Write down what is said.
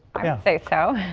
i say so.